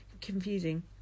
Confusing